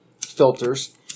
filters